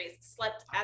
slept